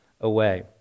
away